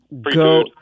go